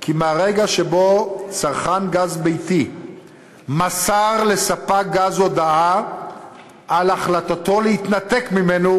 כי מהרגע שבו צרכן גז ביתי מסר לספק גז הודעה על החלטתו להתנתק ממנו,